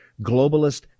globalist